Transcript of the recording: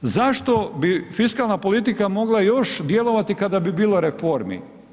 Zašto bi fiskalna politika mogla još djelovati kada bi bilo reformi?